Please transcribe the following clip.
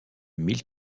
mille